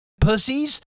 pussies